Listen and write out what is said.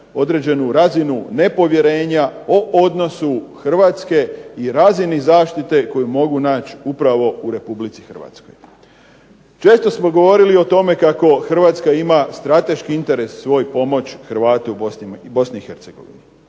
određenu razinu nepovjerenja o odnosu Hrvatske i razini zaštite koju mogu naći upravo u Republici Hrvatskoj. Često smo govorili o tome kako Hrvatska ima strateški interes svoj pomoći Hrvatima u